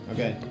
Okay